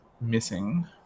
missing